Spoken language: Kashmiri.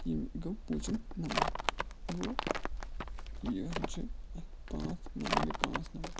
یِم گوٚو پوٗنٛژِم نمبر گوٚو یِہَن چھِ اَتھ پانٛژھ نۄمَے گٔے پانٛژھ نمبر